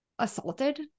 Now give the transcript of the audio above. Assaulted